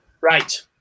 Right